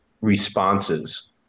responses